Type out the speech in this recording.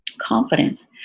confidence